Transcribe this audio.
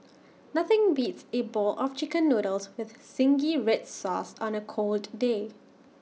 nothing beats A bowl of Chicken Noodles with Zingy Red Sauce on A cold day